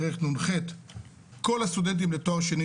תשנ"ח כל הסטודנטים לתואר שני,